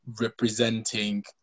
representing